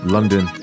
London